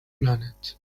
planet